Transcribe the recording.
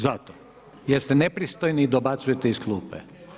Zato jer ste nepristojni i dobacujete iz klupe.